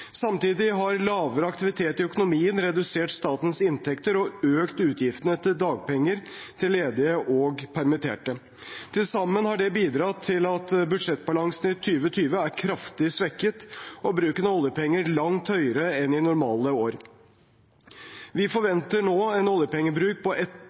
Samtidig har lavere aktivitet i økonomien redusert statens inntekter og økt utgiftene til dagpenger til ledige og permitterte. Til sammen har det bidratt til at budsjettbalansen i 2020 er kraftig svekket og bruken av oljepenger langt høyere enn i normale år. Vi forventer nå en oljepengebruk på